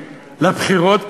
לבחירות,